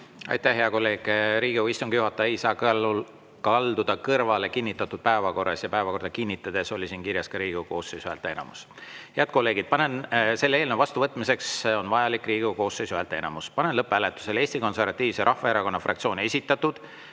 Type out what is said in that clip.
Aitäh, hea kolleeg! Riigikogu istungi juhataja ei saa kõrvale kalduda kinnitatud päevakorrast. Ka päevakorda kinnitades oli siin kirjas "Riigikogu koosseisu häälteenamus". Head kolleegid, selle eelnõu vastuvõtmiseks on vajalik Riigikogu koosseisu häälteenamus. Panen lõpphääletusele Eesti Konservatiivse Rahvaerakonna fraktsiooni esitatud